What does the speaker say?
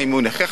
אם הוא נכה,